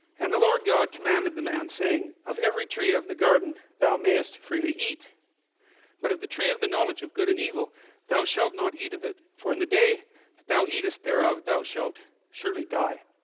and the lord god commanded the man saying of every tree of the garden thou mayest freely eat but of the tree of the knowledge of good and evil thou shalt not eat of it for in the day that thou eatest thereof thou shalt surely die